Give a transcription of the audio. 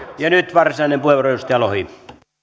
ja nyt varsinainen puheenvuoro edustaja lohi